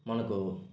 మనకు